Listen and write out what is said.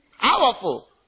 Powerful